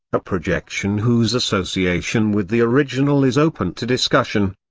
a projection whose association with the original is open to discussion.